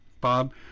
Bob